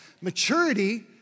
Maturity